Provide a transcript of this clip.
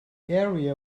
area